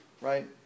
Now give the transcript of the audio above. right